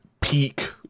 peak